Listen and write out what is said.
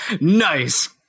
Nice